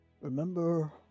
Remember